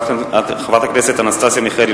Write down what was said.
חברת הכנסת אנסטסיה מיכאלי,